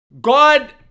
God